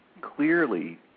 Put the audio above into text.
clearly